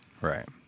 Right